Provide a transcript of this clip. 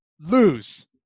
lose